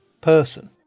person